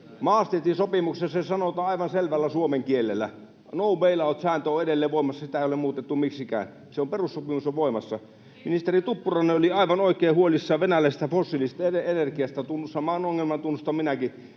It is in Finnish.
Maastrichtin sopimuksessa sanotaan aivan selvällä suomen kielellä, että no bail-out ‑sääntö on edelleen voimassa. Sitä ei ole muutettu miksikään. Se perussopimus on voimassa. [Sanna Antikaisen välihuuto] Ministeri Tuppurainen oli aivan oikein huolissaan venäläisestä fossiilisesta energiasta, ja saman ongelman tunnustan minäkin,